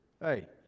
Hey